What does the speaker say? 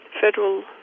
federal